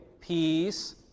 peace